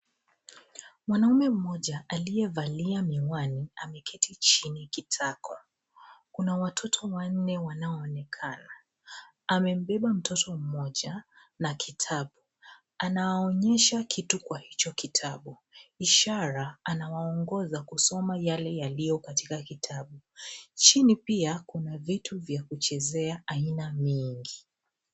Mwanaume mmoja aliyevalia miwani ameketi chini kitako. Kuna watoto wanne wanaoonekana. Amembeba mtoto mmoja na kitabu. Anawaonyesha kitu kwa hicho kitabu ishara anawaongoza kusoma yale yaliyo katika kitabu. Chini pia kuna vitu vya kuchezea aina mingi.